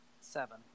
Seven